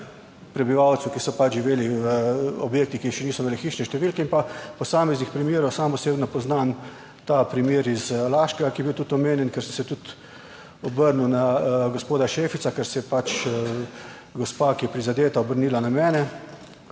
prebivalcev, ki so pač živeli v objektih, ki še niso imeli hišne številke in pa posameznih primerov, sam osebno poznam ta primer iz Laškega, ki je bil tudi omenjen, ker sem se tudi obrnil na gospoda Šefica, ker se je gospa, ki je prizadeta, obrnila na mene